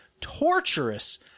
torturous